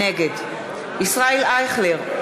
נגד ישראל אייכלר,